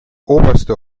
oberste